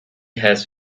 has